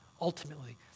ultimately